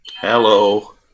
Hello